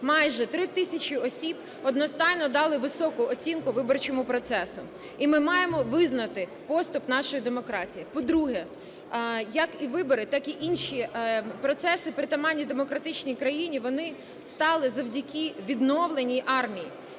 майже 3 тисячі осіб, одностайно дали високу оцінку виборчому процесу. І ми маємо визнати поступ нашої демократії. По-друге, як і вибори, так і інші процеси, притаманні демократичній країні, вони стали завдяки відновленій армії.